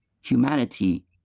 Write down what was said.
humanity